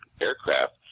aircraft